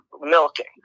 milking